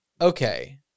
Okay